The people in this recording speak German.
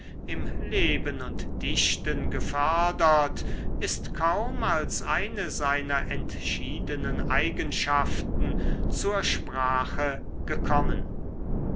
im leben und dichten gefördert ist kaum als eine seiner entschiedenen eigenschaften zur sprache gekommen